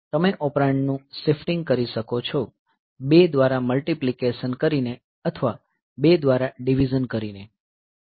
તમે ઓપરેન્ડનું શીફટીંગ કરી શકો છો 2 દ્વારા મલ્ટીપ્લીકેશન કરીને અથવા 2 દ્વારા ડીવીઝન કરીને